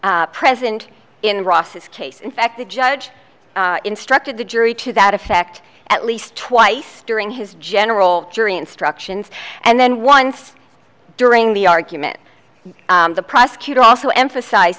present in ross's case in fact the judge instructed the jury to that effect at least twice during his general jury instructions and then once during the argument the prosecutor also emphasize